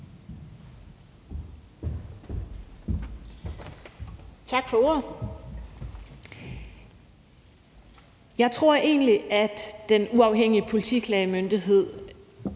Tak for ordet. Jeg tror egentlig, at Den Uafhængige Politiklagemyndighed